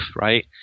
right